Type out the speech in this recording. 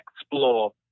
explore